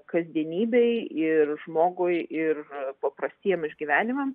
kasdienybei ir žmogui ir paprastiem išgyvenimam